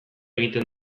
egiten